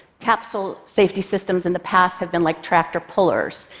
capsule safety systems in the past have been like tractor pullers,